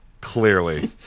Clearly